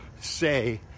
say